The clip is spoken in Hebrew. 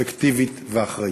אפקטיבית ואחראית.